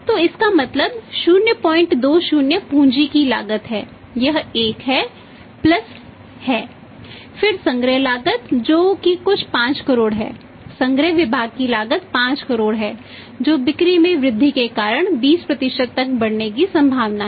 तो इसका मतलब 020 पूंजी की लागत है यह एक है प्लस है फिर संग्रह लागत जो कि कुछ 5 करोड़ है संग्रह विभाग की लागत 5 करोड़ है जो बिक्री में वृद्धि के कारण 20 तक बढ़ने की संभावना है